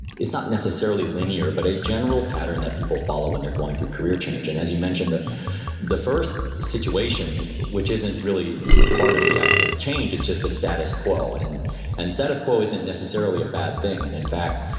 it's not necessarily linear, but a general pattern that people follow when they're going through career change and as you mentioned, the the first situation which isn't really part of the actual change is just the status quo. and and status quo isn't necessarily a bad thing, and in fact,